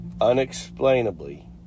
unexplainably